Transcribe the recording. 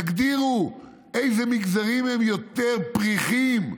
תגדירו איזה מגזרים הם יותר פריכים.